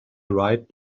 right